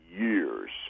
years